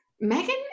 Megan